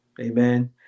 Amen